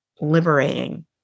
liberating